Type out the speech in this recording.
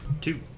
Two